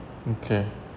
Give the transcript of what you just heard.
okay